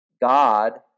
God